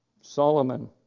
Solomon